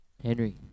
Henry